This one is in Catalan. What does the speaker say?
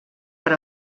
per